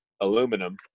aluminum